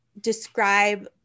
describe